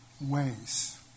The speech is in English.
ways